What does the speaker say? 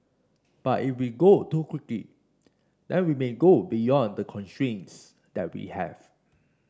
but if we go too quickly then we may go beyond the constraints that we have